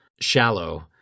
Shallow